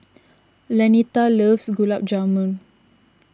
Lanita loves Gulab Jamun